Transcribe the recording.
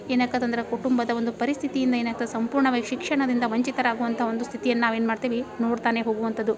ಏನಾಕ್ಕದ ಅಂದ್ರೆ ಕುಟುಂಬದ ಒಂದು ಪರಿಸ್ಥಿತಿಯಿಂದ ಏನಾಗ್ತದೆ ಸಂಪೂರ್ಣವಾಗಿ ಶಿಕ್ಷಣದಿಂದ ವಂಚಿತರಾಗುವಂಥ ಒಂದು ಸ್ಥಿತಿಯನ್ನ ನಾವು ಏನು ಮಾಡ್ತೀವಿ ನೋಡ್ತಲೇ ಹೋಗುವಂಥದ್ದು